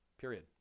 Period